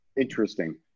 interesting